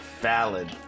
valid